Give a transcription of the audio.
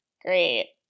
Great